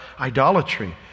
idolatry